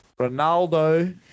Ronaldo